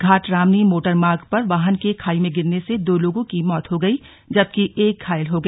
घाट रामनी मोटरमार्ग पर वाहन के खाई में गिरने से दो लोगों की मौत हो गई जबकि एक घायल हो गया